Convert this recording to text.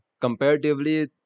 comparatively